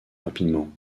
rapidement